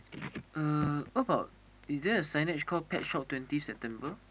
uh what about is there a signage called pet shop twenty September